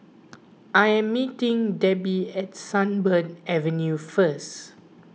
I am meeting Debbi at Sunbird Avenue first